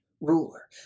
ruler